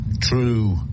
true